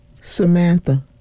Samantha